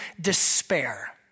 despair